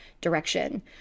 direction